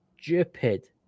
Stupid